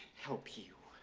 help you.